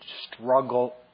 struggle